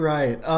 Right